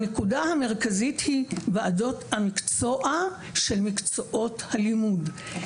הנקודה המרכזית היא ועדות המקצוע של מקצועות הלימוד.